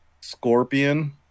Scorpion